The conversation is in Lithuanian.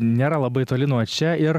nėra labai toli nuo čia ir